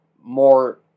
more